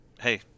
hey